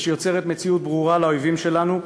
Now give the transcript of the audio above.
ושיוצרת מציאות ברורה לאויבים שלנו,